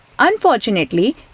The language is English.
Unfortunately